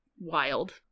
wild